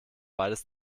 beides